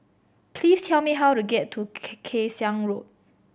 please tell me how to get to Kay Siang Road